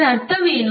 ಅದರ ಅರ್ಥವೇನು